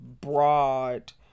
broad